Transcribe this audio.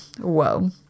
whoa